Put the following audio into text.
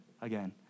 again